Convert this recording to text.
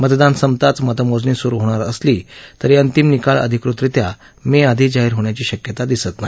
मतदान संपताच मतमोजणी सुरु होणार असली तरी अंतीम निकाल अधिकृतरित्या मेआधी जाहीर होण्याची शक्यता दिसत नाही